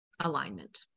alignment